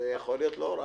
זה יכול להיות לא רע.